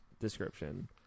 description